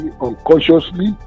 unconsciously